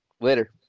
Later